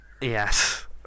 yes